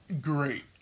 great